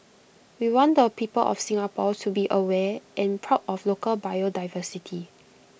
we want the people of Singapore to be aware and proud of local biodiversity